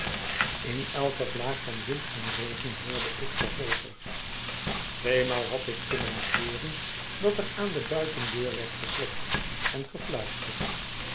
in elke vlaag van wind en regen hoorde ik vervolgers tweemaal had ik kunnen zweren dat er aan de buitendeur werd geklopt en